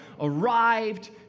arrived